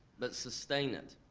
but sustain it.